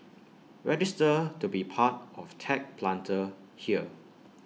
register to be part of tech Planter here